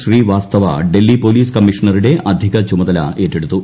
Srivastava Delhi police കമ്മീഷണറുടെ അധിക ചുമതല ഏറ്റെടുത്തു